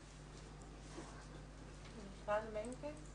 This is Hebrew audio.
מיכל מנקס?